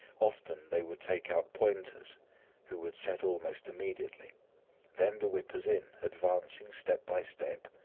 often they would take out pointers who would set almost immediately then the whippers-in, advancing step by step,